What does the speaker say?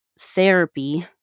therapy